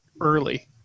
early